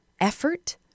effort